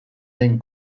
den